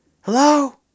Hello